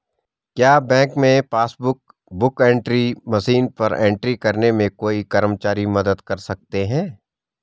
क्या बैंक में passbook book entry machine पर एंट्री करने में कोई कर्मचारी मदद कर सकते हैं?